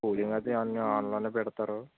cooling అది అన్నీ ఆన్లో పెడతారు